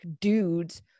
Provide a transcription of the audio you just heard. dudes